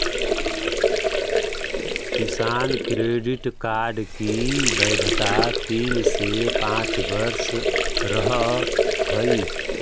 किसान credit card की वैधता तीन से पांच वर्ष रहअ हई